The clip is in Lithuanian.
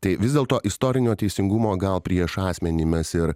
tai vis dėlto istorinio teisingumo gal prieš asmenį mes ir